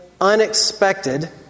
unexpected